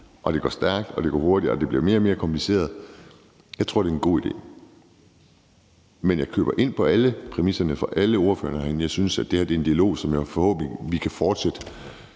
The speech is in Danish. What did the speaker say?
i deres fritid, og det går stærkt, og det bliver mere og mere kompliceret. Jeg tror, det er en god idé. Men jeg køber ind på alle præmisserne fra alle ordførerne herinde, og det her er en dialog, som vi forhåbentlig kan fortsætte